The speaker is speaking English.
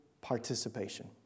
participation